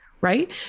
right